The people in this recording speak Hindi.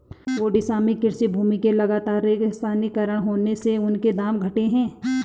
ओडिशा में कृषि भूमि के लगातर रेगिस्तानीकरण होने से उनके दाम घटे हैं